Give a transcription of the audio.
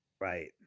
Right